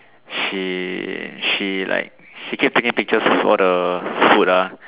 she she like she keeps taking pictures for all the food ah